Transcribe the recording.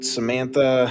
Samantha